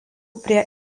prie